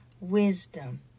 wisdom